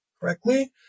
correctly